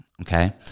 Okay